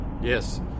Yes